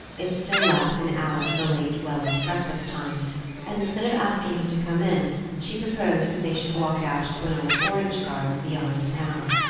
it still lacked an hour to the late welland breakfast-time, and instead of asking him to come in she proposed that they should walk out to an old orange-garden beyond the town.